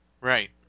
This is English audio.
Right